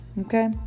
okay